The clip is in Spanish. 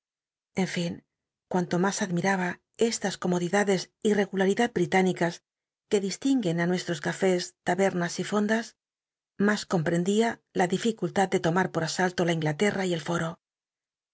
en fin cuanto mtts admiraba cst s comodidades y regularidad britünicas que distinguen a nucsllos cafés tabernas y fondas mas compendia la dificultad de toma por nsalto la inglatcna y el foro